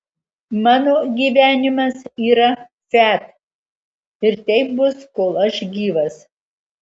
mano gyvenimas yra fiat ir taip bus kol aš gyvas